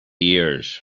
years